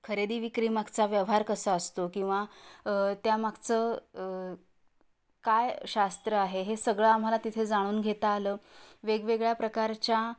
खरेदी विक्री मागचा व्यवहार कसा असतो किंवा त्या मागचं काय शास्त्र आहे हे सगळं आम्हाला तिथे जाणून घेता आलं वेगवेगळ्या प्रकारच्या